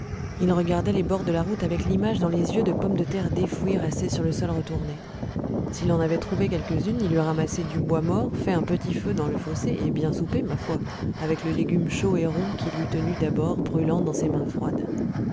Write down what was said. il regardait les bords de la route avec l'image dans les yeux de pommes de terre défouies restées sur le sol retourné s'il en avait trouvé quelques-unes il eût ramassé du bois mort fait un petit feu dans le fossé et bien soupé ma foi avec le légume chaud et rond qu'il eût tenu d'abord brûlant dans ses mains froides